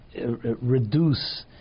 reduce